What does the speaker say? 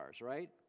right